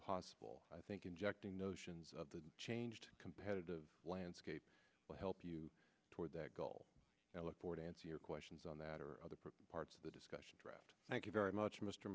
possible i think injecting notions of the changed competitive landscape will help you toward that goal and look for to answer your questions on that or other parts of the discussion draft thank you very much m